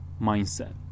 mindset